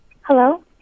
Hello